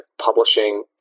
publishing